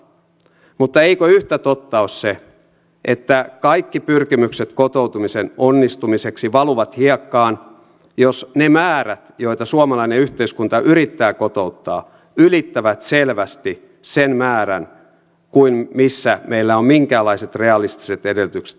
mutta eikö yhtä totta ole se että kaikki pyrkimykset kotoutumisen onnistumiseksi valuvat hiekkaan jos ne määrät joita suomalainen yhteiskunta yrittää kotouttaa ylittävät selvästi sen määrän kuin missä meillä on minkäänlaiset realistiset edellytykset onnistua